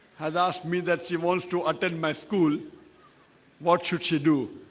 had asked me that she wants to attend my school what should she do?